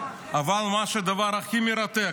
אבל הדבר הכי מרתק,